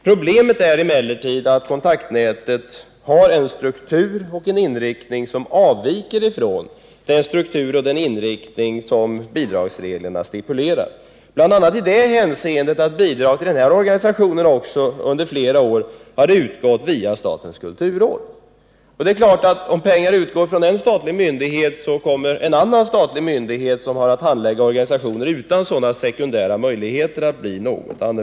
Problemet är emellertid att Kontaktnätet har en struktur och en inriktning som avviker från den struktur och den inriktning som bidragsreglerna stipulerar, bl.a. i det hänseendet att bidrag till den här organisationen också under flera år har utgått via statens kulturråd. Det är klart att om pengar utgår från en statlig myndighet, så blir situationen något annorlunda när det gäller en annan statlig myndighet som har att handlägga anslag till organisationer utan sådana sekundära möjligheter.